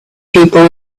people